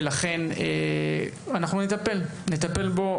הוא מודע לחשיבות ואנחנו נטפל בו.